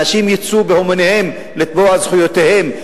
אנשים יצאו בהמוניהם לתבוע זכויותיהם.